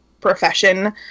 profession